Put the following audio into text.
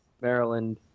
Maryland